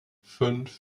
fünf